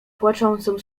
płaczącą